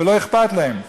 ולא אכפת להם.